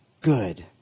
good